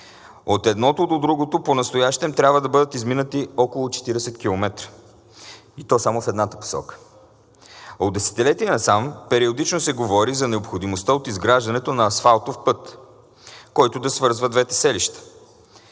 От едното до другото понастоящем трябва да бъдат изминати около 40 км, и то само в едната посока. От десетилетия насам периодично се говори за необходимостта от изграждането на асфалтов път, който да свързва двете селища,